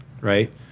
right